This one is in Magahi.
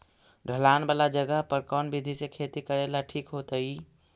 ढलान वाला जगह पर कौन विधी से खेती करेला ठिक होतइ?